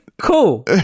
cool